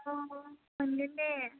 अ मोनगोन दे